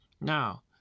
now